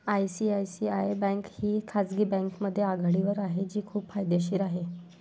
ICICI bank ही खाजगी बँकांमध्ये आघाडीवर आहे जी खूप फायदेशीर आहे